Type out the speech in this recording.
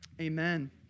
Amen